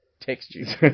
Textures